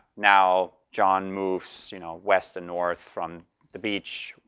now john moves you know west and north from the beach.